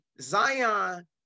Zion